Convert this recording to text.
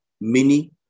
mini